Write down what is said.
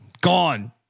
gone